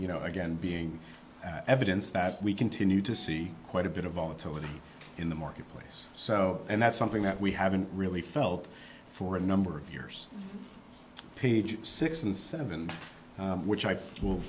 you know again being evidence that we continue to see quite a bit of volatility in the marketplace so and that's something that we haven't really felt for a number of years page six and seven which i will